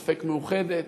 ספק מאוחדת.